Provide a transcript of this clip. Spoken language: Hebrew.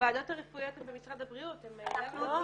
הוועדות הרפואיות במשרד הבריאות --- לא,